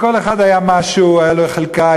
לכל אחד היה משהו: היה לו חלקה,